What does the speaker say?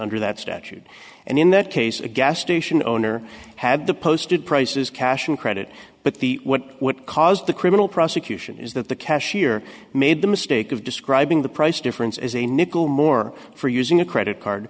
under that statute and in that case a gas station owner had the posted prices cash and credit but the what what caused the criminal prosecution is that the cashier made the mistake of describing the price difference as a nickel more for using a credit card